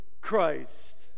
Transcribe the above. Christ